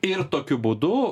ir tokiu būdu